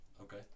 Okay